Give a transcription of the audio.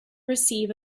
receive